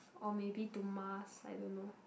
or maybe to mars I don't know